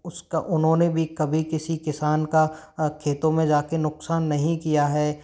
उसका उन्होंने भी कभी किसी किसान का खेतों में जाकर नुकसान नहीं किया है